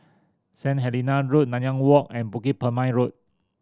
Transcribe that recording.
Saint Helena Road Nanyang Walk and Bukit Purmei Road